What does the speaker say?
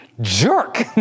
jerk